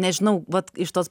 nežinau vat iš tos